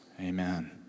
Amen